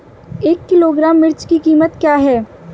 एक किलोग्राम मिर्च की कीमत क्या है?